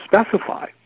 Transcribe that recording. specify